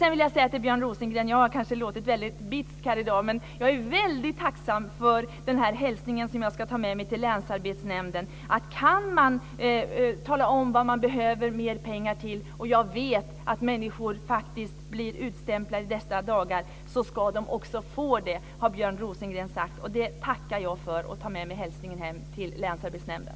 Sedan vill jag säga till Björn Rosengren att jag kanske har låtit väldigt bitsk här i dag. Men jag är väldigt tacksam för hälsningen som jag ska ta med till länsarbetsnämnden, att kan man tala om vad man behöver mer pengar till - och jag vet att människor faktiskt blir utstämplade dessa dagar - så ska man också få det, har Björn Rosengren sagt. Det tackar jag för och tar med mig hälsningen hem till länsarbetsnämnden.